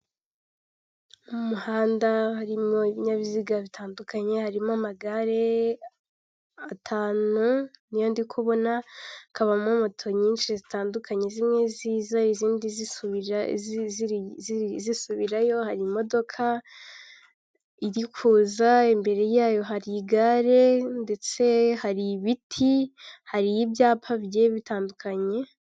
Mu muhanda harimo ibinyabiziga bitandukanye, harimo amagare atanu n'iyo ndi kubona, hakabamo moto nyinshi zitandukanye zimwe ziza izindi zisubirayo, hari imodoka irikuza, imbere yayo hari igare ndetse hari ibiti hari ibyapa bigiye bitandukanye.